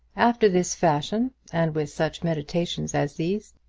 after this fashion, and with such meditations as these,